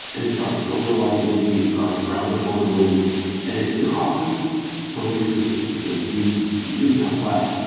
and it tries silverlight maybe, it tries browser vulnerabilities, and it can often clone your system, because you you shouldn't have flash.